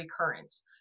recurrence